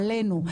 עלינו,